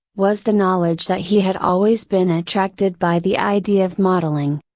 was the knowledge that he had always been attracted by the idea of modeling.